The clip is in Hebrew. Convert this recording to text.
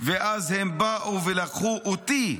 // ואז הם באו ולקחו אותי,